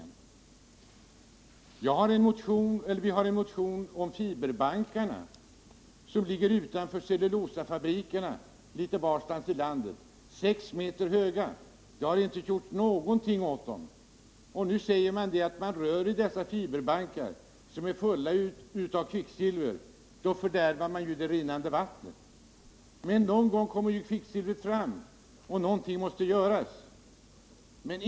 Vi har väckt en motion om de sex meter höga fiberbankar som ligger utanför cellulosafabrikerna litet varstans i landet. Ingenting har gjorts åt dem. Nu säger man att om man rör i dessa fiberbankar, som är fulla av kvicksilver, fördärvar man det rinnande vattnet. Men någon gång kommer kvicksilvret fram, och någonting måste göras.